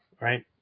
right